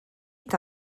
est